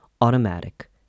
automatic